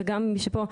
וגם מי שפה,